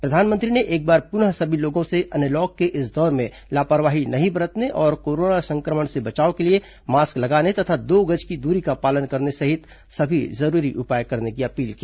प्रधानमंत्री ने एक बार पुनः सभी लोगों से अनलॉक के इस दौर में लापरवाही न बरतने और कोरोना संक्रमण से बचाव के लिए मास्क लगाने तथा दो गज की दूरी का पालन करने सहित सभी जरूरी उपाय करने की अपील की